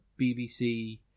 BBC